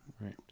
Right